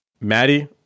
Maddie